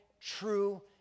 true